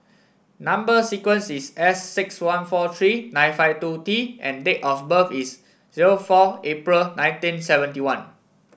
number sequence is S six one four three nine five two T and date of birth is zero four April nineteen seventy one